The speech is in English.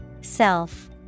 Self